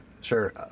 sure